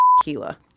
tequila